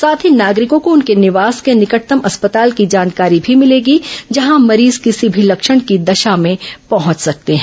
साथ ही नागरिकों को उनके निवास के निकटतम अस्पताल की जानकारी भी मिलेगी जहां मरीज किसी भी लक्षण की दशा में पहुंच सकते हैं